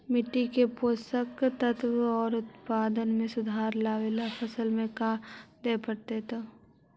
मिट्टी के पोषक तत्त्व और उत्पादन में सुधार लावे ला फसल में का देबे पड़तै तै?